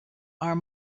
are